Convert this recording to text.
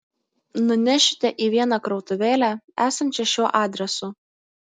nunešite į vieną krautuvėlę esančią šiuo adresu